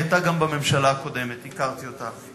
היא היתה גם בממשלה הקודמת, הכרתי אותה.